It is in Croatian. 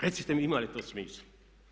Recite mi ima li to smisla?